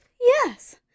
Yes